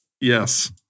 Yes